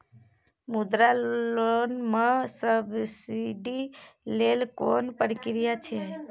मुद्रा लोन म सब्सिडी लेल कोन प्रक्रिया छै?